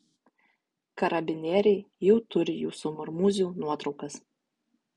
karabinieriai jau turi jūsų marmūzių nuotraukas